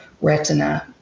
retina